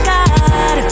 God